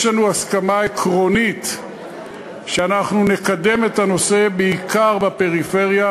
יש לנו הסכמה עקרונית שאנחנו נקדם את הנושא בעיקר בפריפריה,